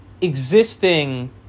existing